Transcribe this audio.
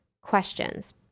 questions